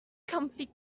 comfy